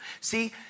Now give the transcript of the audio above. See